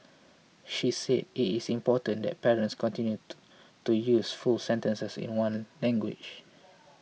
she said it is important that parents continue to to use full sentences in one language